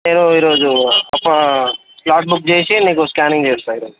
నేను ఈరోజు ఒక స్లాట్ బుక్ చేసి నీకు స్క్యానింగ్ చేస్తా ఈరోజు